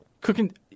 Cooking